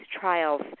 trials